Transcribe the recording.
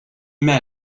met